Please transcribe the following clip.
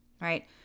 right